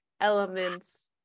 elements